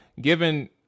given